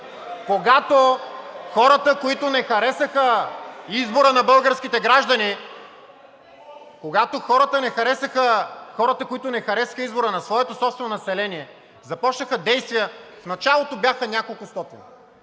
Когато хората, които не харесаха избора на българските граждани, когато хората не харесаха избора на своето собствено население, започнаха действията. В началото бяха няколкостотин,